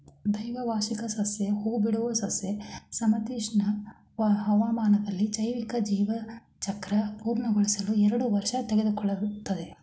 ದ್ವೈವಾರ್ಷಿಕ ಸಸ್ಯ ಹೂಬಿಡುವ ಸಸ್ಯ ಸಮಶೀತೋಷ್ಣ ಹವಾಮಾನದಲ್ಲಿ ಜೈವಿಕ ಜೀವನಚಕ್ರ ಪೂರ್ಣಗೊಳಿಸಲು ಎರಡು ವರ್ಷ ತೆಗೆದುಕೊಳ್ತದೆ